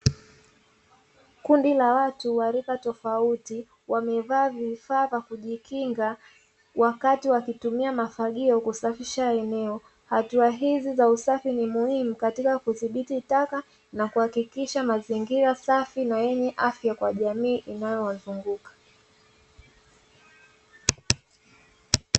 Kundi la watu wa rika tofauti wamevaa vifaa vya kujikinga wakati wakitumia mafagio kusafisha eneo. Hatua hizi za usafi ni muhimu katika kudhibiti taka na kuhakikisha mazingira safi na yenye afya kwa jamii inayowazunguka.